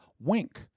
wink